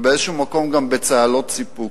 ובאיזה מקום גם בצהלות סיפוק.